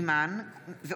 מנסור